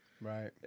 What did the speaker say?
Right